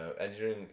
engineering